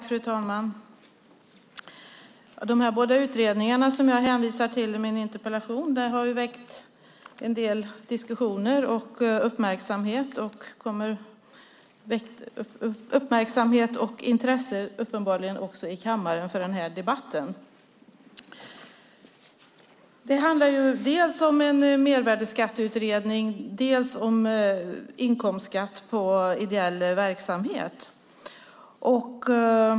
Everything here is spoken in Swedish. Fru talman! De båda utredningar som jag hänvisar till i min interpellation har väckt en del diskussioner och uppmärksamhet, och den här debatten i kammaren väcker uppenbarligen också intresse. Detta handlar dels om en mervärdesskatteutredning, dels om en utredning om inkomstskatt på ideell verksamhet.